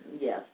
yes